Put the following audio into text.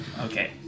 Okay